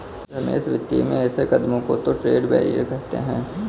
रमेश वित्तीय में ऐसे कदमों को तो ट्रेड बैरियर कहते हैं